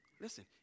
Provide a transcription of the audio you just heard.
Listen